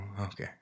Okay